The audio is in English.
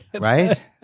Right